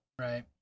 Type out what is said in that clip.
Right